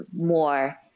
more